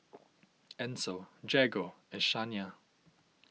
Ancel Jagger and Shania